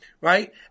right